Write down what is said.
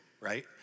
right